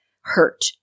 hurt